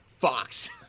Fox